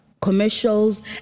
commercials